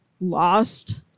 lost